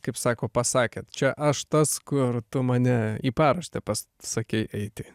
kaip sako pasakėt čia aš tas kur tu mane į paraštę pas sakei eiti